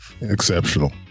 exceptional